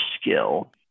skill